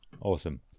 Awesome